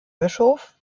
bischof